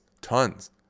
tons